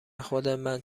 خودمن